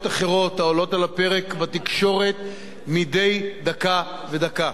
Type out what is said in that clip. אחרות העולות על הפרק בתקשורת מדי דקה ודקה.